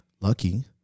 lucky